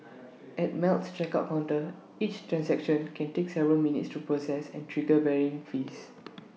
at Melt's checkout counter each transaction can take several minutes to process and trigger varying fees